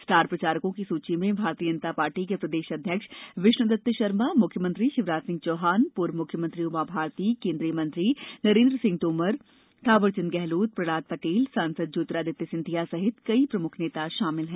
star प्रचारकों की सूची में भारतीय जनता पार्टी के प्रदेश अध्यक्ष विष्णुदत्त शर्मा मुख्यमंत्री शिवराज सिंह चौहान पूर्व मुख्यमंत्री उमा भारती केंद्रीय मंत्री नरेंद्र सिंह तोमर थावरचंद गेहलोत प्रहलाद पटेल सांसद ज्योतिरादित्य सिंधिया सहित कई प्रमुख नेता शामिल हैं